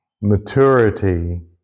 maturity